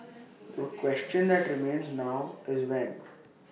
the question that remains now is when